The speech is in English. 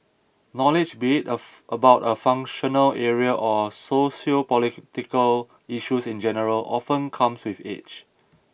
knowledge be it a about a functional area or sociopolitical issues in general often comes with age